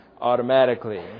automatically